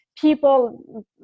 people